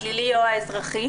הפלילי או האזרחי,